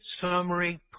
summary